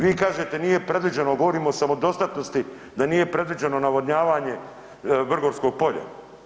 Vi kažete nije predviđeno, govorimo o samodostatnosti, da nije predviđeno navodnjavanje Vrgorskog polja.